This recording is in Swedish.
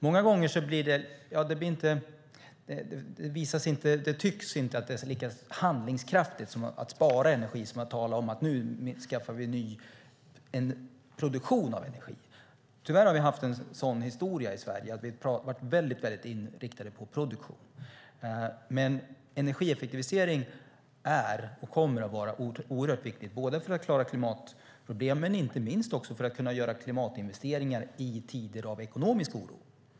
Många gånger tycks det inte uppfattas som lika handlingskraftigt att spara energi som att tala om att vi nu skaffar ny produktion av energi. Tyvärr har vi haft en sådan historia i Sverige att vi har varit väldigt inriktade på produktion. Energieffektivisering är och kommer att vara oerhört viktigt för att klara klimatproblemen och inte minst för att kunna göra klimatinvesteringar i tider av ekonomisk oro.